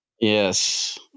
Yes